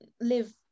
live